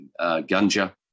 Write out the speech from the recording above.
ganja